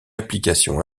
application